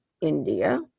India